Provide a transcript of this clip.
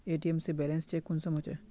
ATM से balance check कुंसम होचे?